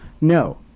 no